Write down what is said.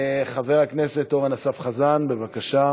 חבר הכנסת אורן אסף חזן, בבקשה.